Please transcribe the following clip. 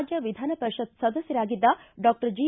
ರಾಜ್ಯ ವಿಧಾನ ಪರಿಷತ್ ಸದಸ್ಟರಾಗಿದ್ದ ಡಾಕ್ಷರ್ ಜಿ